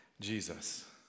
Jesus